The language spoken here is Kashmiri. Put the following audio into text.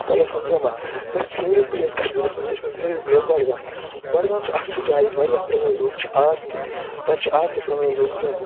کۅلٮ۪کشن جمع مےٚ چھُ فیورِٹ پُلیس کشمیٖرس منٛز تہِ چھِ مےٚ favourite place Budgam Budgam چھُ اکھ سُہ جاے ییٚتہِ وارِیاہ پرٛٲنۍ لُکھ چھِ اَز تہِ تتھ چھِ اَز تہِ پرٛٲنۍ لُکھ زِنٛدٕ